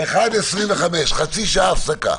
13:25, חצי שעה הפסקה.